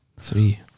Three